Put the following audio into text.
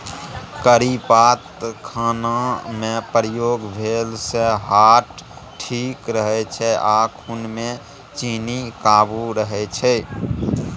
करी पात खानामे प्रयोग भेलासँ हार्ट ठीक रहै छै आ खुनमे चीन्नी काबू रहय छै